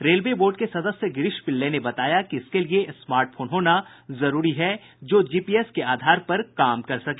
railway board के सदस्य गिरीश पिल्लै ने बताया कि इसके लिए स्मार्ट फोन होना जरूरी है जो जीपीएस के आधार पर काम कर सके